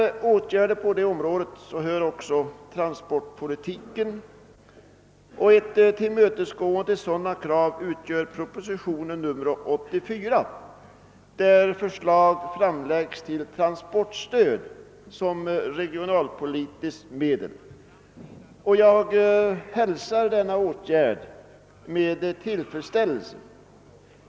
Åtgärder på området kan också vidtas när det gäller transportpolitiken. I propositionen 84 tillmötesgås vissa sådana krav — förslag framläggs om transportstöd som regionalpolitiskt medel. Jag hälsar denna åtgärd med tillfredsställelse.